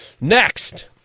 Next